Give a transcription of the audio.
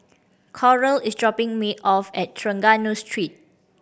Coral is dropping me off at Trengganu Street